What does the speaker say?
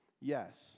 Yes